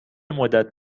مدت